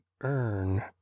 earn